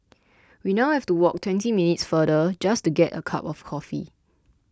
we now have to walk twenty minutes farther just to get a cup of coffee